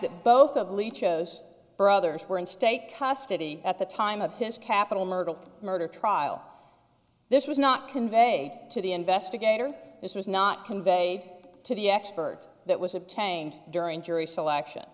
that both of leach o's brothers were in state custody at the time of his capital murder murder trial this was not conveyed to the investigator this was not conveyed to the expert that was obtained during jury selection